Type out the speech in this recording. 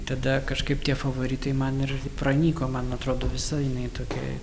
tada kažkaip tie favoritai man ir pranyko man atrodo visa jinai tokia